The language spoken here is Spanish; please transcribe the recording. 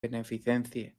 beneficencia